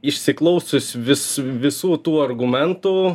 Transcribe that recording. išiklausius vis visų tų argumentų